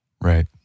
Right